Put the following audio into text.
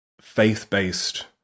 faith-based